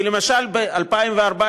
כי למשל ב-2014,